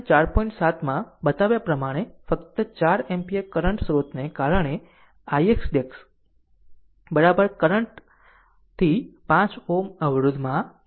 7 માં બતાવ્યા પ્રમાણે ફક્ત 4 એમ્પીયર કરંટ સ્રોતને કારણે ix ' કરંટ થી 5 Ω અવરોધમાં છે